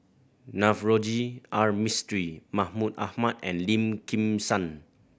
Navroji R Mistri Mahmud Ahmad and Lim Kim San